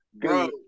Bro